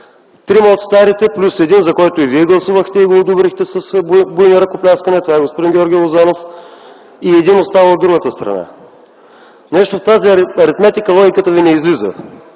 трима от старите плюс един, за който вие гласувахте и го одобрихте с буйни ръкопляскания – господин Георги Лозанов, и един остава от другата страна. Нещо в тази аритметика логиката ви не излиза.